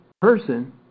person